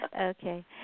Okay